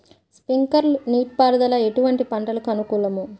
Sprinkler నీటిపారుదల ఎటువంటి పంటలకు అనుకూలము?